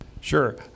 Sure